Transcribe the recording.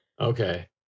Okay